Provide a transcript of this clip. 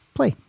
Play